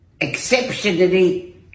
exceptionally